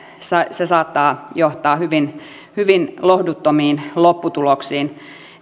se saattaa johtaa hyvin hyvin lohduttomiin lopputuloksiin